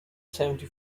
seventy